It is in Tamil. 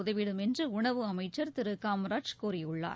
உதவிடும் என்று உணவு அமைச்சர் திரு காமராஜ் கூறியுள்ளார்